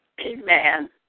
Amen